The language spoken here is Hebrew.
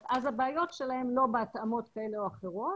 אז הבעיות שלהם לא בהתאמות כאלה ואחרות,